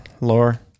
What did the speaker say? lore